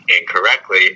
incorrectly